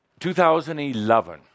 2011